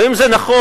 ואם זה נכון,